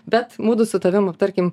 bet mudu su tavim aptarkim